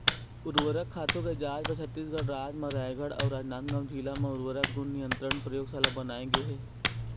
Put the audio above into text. उरवरक खातू के जांच बर छत्तीसगढ़ राज म रायगढ़ अउ राजनांदगांव जिला म उर्वरक गुन नियंत्रन परयोगसाला बनाए गे हे